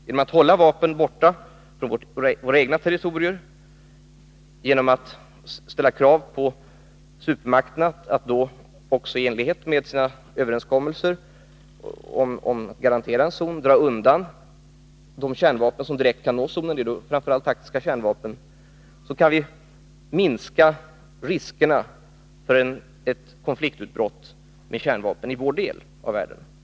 Genom att hålla vapen borta från våra egna territorier och genom att ställa krav på supermakterna att de också i enlighet med sina överenskommelser om en garanterad zon drar undan de kärnvapen — framför allt taktiska kärnvapen — som direkt kan nå oss, kan vi minska riskerna för ett konfliktutbrott med kärnvapen i vår del av världen.